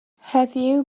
heddiw